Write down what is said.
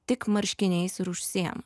tik marškiniais ir užsiima